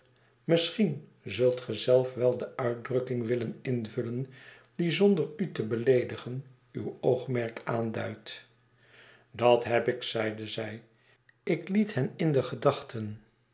misschien zult ge zelf wel de uitdrukking willen invullen die zonder u te beleedigen uw oogmerk aanduidt dat heb ik zeide zij ik liet hen in die gedachten